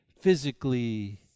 physically